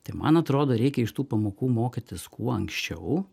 tai man atrodo reikia iš tų pamokų mokytis kuo anksčiau